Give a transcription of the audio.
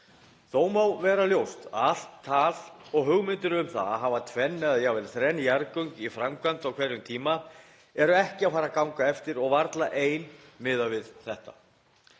Þó má vera ljóst að allt tal og hugmyndir um að hafa tvenn eða jafnvel þrenn jarðgöng í framkvæmd á hverjum tíma eru ekki að fara að ganga eftir og varla ein miðað við þetta.